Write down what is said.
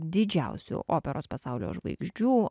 didžiausių operos pasaulio žvaigždžių